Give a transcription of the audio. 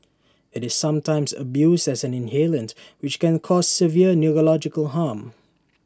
IT is sometimes abused as an inhalant which can cause severe neurological harm